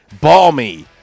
balmy